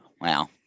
wow